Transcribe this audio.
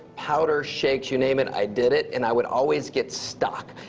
powders, shakes, you name it, i did it. and i would always get stuck.